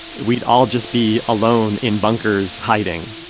we'd all just be alone in bunkers, hiding,